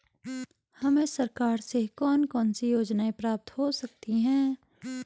हमें सरकार से कौन कौनसी योजनाएँ प्राप्त हो सकती हैं?